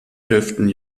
elften